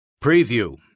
Preview